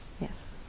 Yes